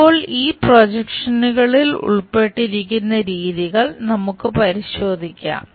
ഇപ്പോൾ ഈ പ്രൊജക്ഷനുകളിൽ ഉൾപ്പെട്ടിരിക്കുന്ന രീതികൾ നമുക്ക് പരിശോധിക്കാം